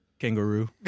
Kangaroo